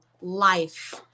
life